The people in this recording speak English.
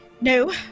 No